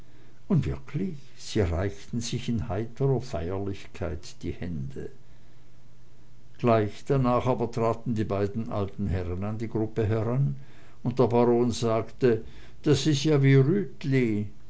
und wirklich sie reichten sich in heiterer feierlichkeit die hände gleich danach aber traten die beiden alten herren an die gruppe heran und der baron sagte das ist ja wie rütli